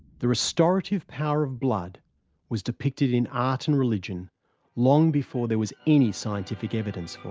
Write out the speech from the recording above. the restorative power of blood was depicted in art and religion long before there was any scientific evidence